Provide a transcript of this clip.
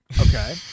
Okay